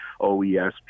OESP